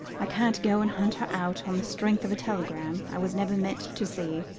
i can't go and hunt her out on the strength of a telegram i was never meant to see.